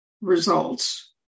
results